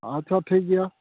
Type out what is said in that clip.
ᱟᱪᱷᱟ ᱴᱷᱤᱠ ᱜᱮᱭᱟ